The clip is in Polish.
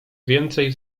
więcej